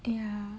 ya